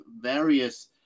various